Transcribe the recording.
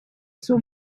suo